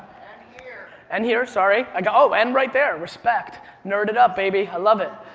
here! and here, sorry, i got, oh! and right there! respect. nerd it up, baby. i love it.